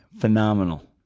phenomenal